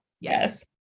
Yes